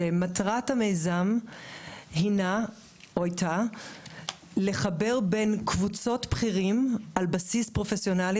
כשמטרת המיזם הינה או הייתה לחבר בין קבוצות בכירים על בסיס פרופסיונלי,